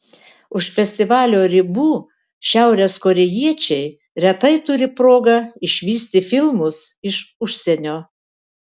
už festivalio ribų šiaurės korėjiečiai retai turi progą išvysti filmus iš užsienio